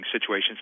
situations